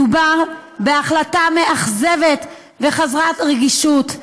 מדובר בהחלטה מאכזבת וחסרת רגישות.